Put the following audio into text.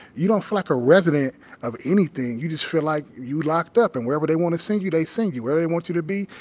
you don't feel like a resident of anything. you just feel like you locked up. and wherever they want to send you, they send you. wherever they want you to be,